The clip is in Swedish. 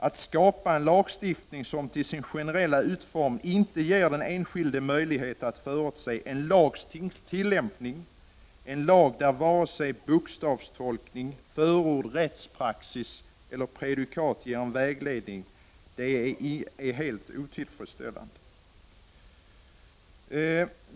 Att införa en lagstiftning som i sin generella utformning inte ger den enskilda möjlighet att förutse lagens tillämpning, dvs. en lag där varken bokstavstolkning, förarbeten, rättspraxis eller prejudikat ger vägledning, är helt otillfredsställande.